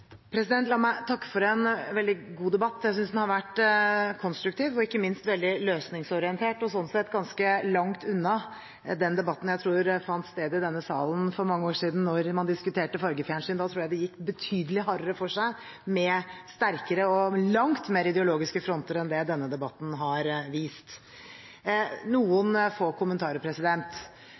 La meg takke for en veldig god debatt. Jeg synes den har vært konstruktiv og ikke minst veldig løsningsorientert, og sånn sett ganske langt unna den debatten jeg tror fant sted i denne salen for mange år siden da man diskuterte fargefjernsyn. Da tror jeg det gikk betydelig hardere for seg, med sterkere og langt mer ideologiske fronter enn det denne debatten har vist. Noen få kommentarer: